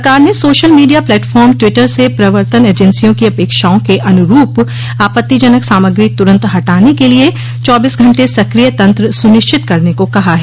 सरकार ने social media platform Twitter से प्रवर्तन एजेंसियों की अपेक्षाओं के अनुरूप आपत्तिजनक सामग्री तुरंत हटाने के लिए चौबीस घंटे सक्रिय तंत्र सुनिश्चित करने को कहा है